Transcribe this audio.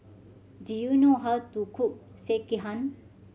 do you know how to cook Sekihan